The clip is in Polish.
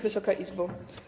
Wysoka Izbo!